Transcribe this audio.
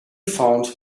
found